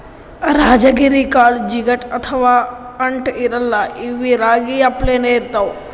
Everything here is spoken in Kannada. ರಾಜಗಿರಿ ಕಾಳ್ ಜಿಗಟ್ ಅಥವಾ ಅಂಟ್ ಇರಲ್ಲಾ ಇವ್ಬಿ ರಾಗಿ ಅಪ್ಲೆನೇ ಇರ್ತವ್